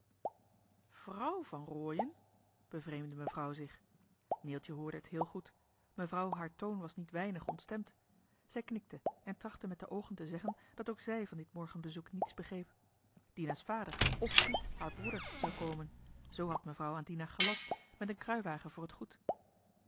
van rooien bevreemdde mevrouw zich neeltje hoorde het heel goed mevrouw haar toon was niet weinig ontstemd zij knikte en trachtte met de oogen te zeggen dat ook zij van dit morgenbezoek niets begreep dina's vader f piet haar broeder zou komen zoo had mevrouw aan dina gelast met een kruiwagen voor het goed